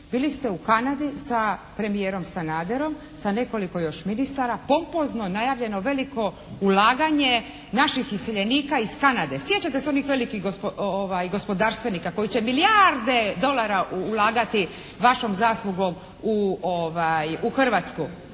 bili ste u Kanadi sa premijerom Sanaderom, sa nekoliko još ministara pompozno najavljeno veliko ulaganje naših iseljenika iz Kanade. Sjećate se onih velikih gospodarstvenika koji će milijarde dolara ulagati vašom zaslugom u Hrvatsku.